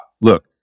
Look